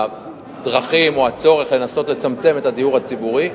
הדרכים או הצורך לנסות לצמצם את הדיור הציבורי,